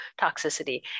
toxicity